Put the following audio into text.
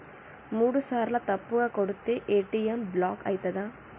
మూడుసార్ల తప్పుగా కొడితే ఏ.టి.ఎమ్ బ్లాక్ ఐతదా?